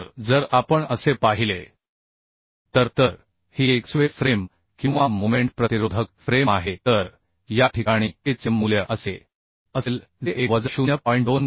तर जर आपण असे पाहिले तर तर ही एक स्वे फ्रेम किंवा मोमेंट प्रतिरोधक फ्रेम आहे तर या ठिकाणी K चे मूल्य असे असेल जे 1 वजा 0 आहे